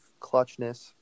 clutchness